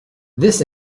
this